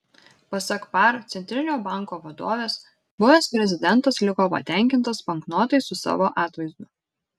pasak par centrinio banko vadovės buvęs prezidentas liko patenkintas banknotais su savo atvaizdu